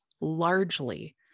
largely